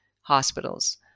hospitals